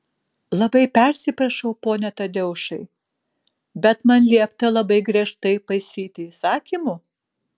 labai persiprašau pone tadeušai bet man liepta labai griežtai paisyti įsakymų